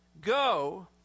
go